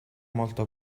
molto